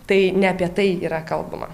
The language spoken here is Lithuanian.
tai ne apie tai yra kalbama